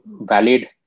valid